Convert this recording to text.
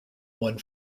one